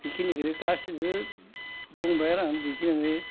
बेखिनिखोनो गासैबो बुंबाय आरो आं बेखिनिखौ